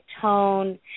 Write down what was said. tone